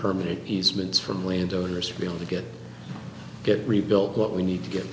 permanent easements from landowners to be able to get get rebuilt what we need to get